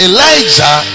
Elijah